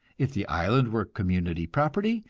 if the island were community property,